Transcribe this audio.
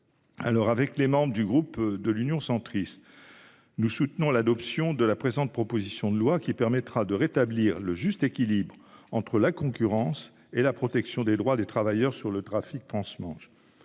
Avec les membres du groupe Union Centriste, je soutiens l'adoption de la présente proposition de loi, qui permettra de rétablir un juste équilibre entre concurrence et protection des droits des travailleurs sur le trafic transmanche.